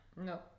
No